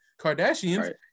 Kardashians